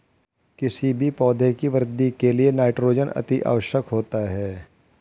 किसी भी पौधे की वृद्धि के लिए नाइट्रोजन अति आवश्यक होता है